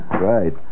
Right